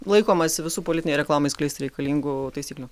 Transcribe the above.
laikomasi visų politinei reklamai skleisti reikalingų taisyklių